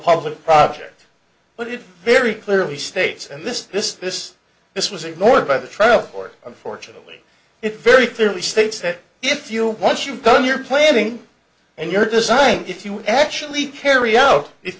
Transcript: public project but it very clearly states and this this this this was ignored by the trial court unfortunately it very clearly states that if you once you've done your planning and your design if you actually carry out if